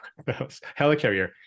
helicarrier